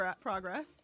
progress